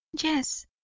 Yes